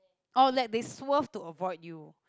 or like the swerve to avoid you